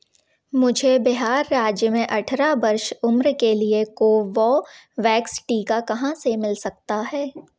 मुझे बिहार राज्य में अठारह वर्ष उम्र के लिए कोवोवैक्स टीका कहाँ से मिल सकता है